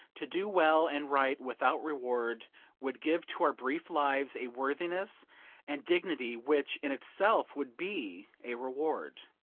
to do well and right without reward would give to our brief lives a worthiness and dignity which in itself would be a reward.